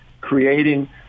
creating